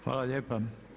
Hvala lijepa.